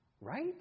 right